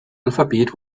alphabet